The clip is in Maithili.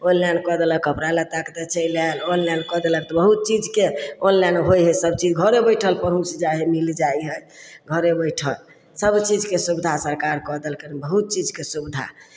ऑनलाइन कऽ देलक कपड़ा लत्ता कऽ तऽ चलि आयल ऑनलाइन कऽ देलक तऽ बहुत चीजके ऑनलाइन होइ हइ सभ चीज घरे बैठल पहुँच जाइ हइ मिल जाइ हइ घरे बैठल सभ चीजके सुविधा सरकार कऽ देलकै हन बहुत चीजके सुविधा